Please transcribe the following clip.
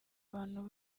abantu